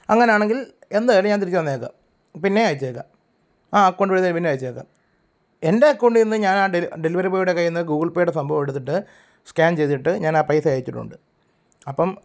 അങ്ങനാണെങ്കിൽ എന്തായാലും ഞാൻ തിരിച്ച് തന്നേക്കാം പിന്നേ അയച്ചേക്കാം ആ അക്കൗണ്ട് വഴി പിന്നേയും അയച്ചേക്കാം എൻ്റെ അക്കൗണ്ടിൽ ഞാൻ ആ ഡെലിവ ഡെലിവറി ബോയിയുടെ കയ്യിൽ നിന്ന് ഗൂഗിൾ പേയുടെ സംഭവെമി മെടുത്തിട്ട് സ്കാൻ ചെയ്തിട്ട് ഞാൻ ആ പൈസ അയച്ചിട്ടുണ്ട് അപ്പം